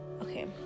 Okay